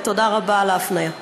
תודה רבה על הפנייה.